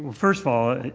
first of all,